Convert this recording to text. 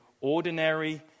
ordinary